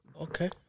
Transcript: Okay